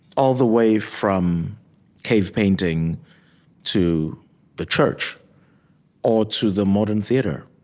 all the way from cave painting to the church or to the modern theater,